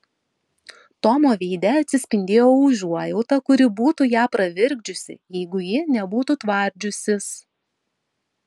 tomo veide atsispindėjo užuojauta kuri būtų ją pravirkdžiusi jeigu ji nebūtų tvardžiusis